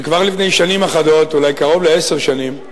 שכבר לפני שנים אחדות, אולי קרוב לעשר שנים,